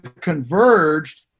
converged